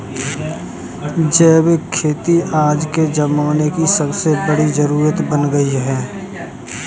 जैविक खेती आज के ज़माने की सबसे बड़ी जरुरत बन गयी है